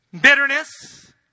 Bitterness